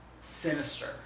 sinister